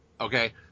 okay